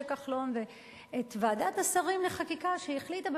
כחלון ואת ועדת השרים לחקיקה שהחליטה,